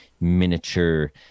miniature